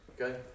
Okay